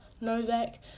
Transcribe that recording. Novak